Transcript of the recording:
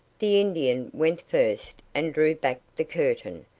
the indian went first and drew back the curtain,